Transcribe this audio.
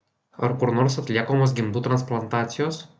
ar kur nors atliekamos gimdų transplantacijos